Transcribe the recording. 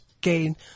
gain